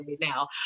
now